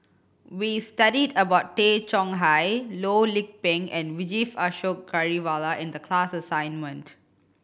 we studied about Tay Chong Hai Loh Lik Peng and Vijesh Ashok Ghariwala in the class assignment